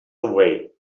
away